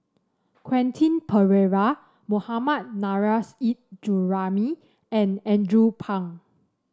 Quentin Pereira Mohammad Nurrasyid Juraimi and Andrew Phang